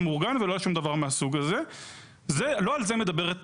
על סמך המידע שהיא מעבירה,